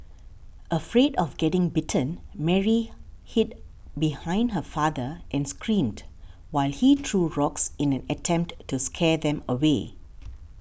afraid of getting bitten Mary hid behind her father and screamed while he threw rocks in an attempt to scare them away